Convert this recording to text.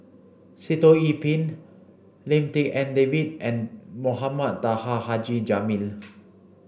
Sitoh Yih Pin Lim Tik En David and Mohamed Taha Haji Jamil